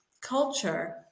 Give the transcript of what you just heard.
culture